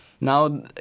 now